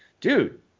dude